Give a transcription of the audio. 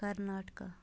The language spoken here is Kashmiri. کَرناٹکا